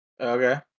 Okay